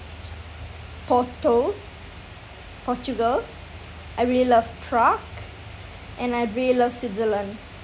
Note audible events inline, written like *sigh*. *noise* portu~ portugal I really love prague and I really love switzerland